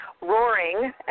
Roaring